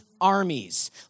armies